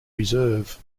reserve